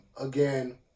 again